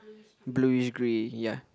bluish grey ya